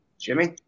Jimmy